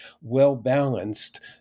well-balanced